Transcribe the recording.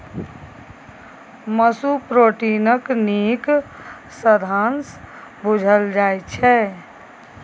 मासु प्रोटीनक नीक साधंश बुझल जाइ छै